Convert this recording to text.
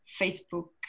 facebook